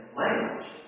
language